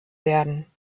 werden